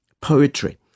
poetry